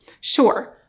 sure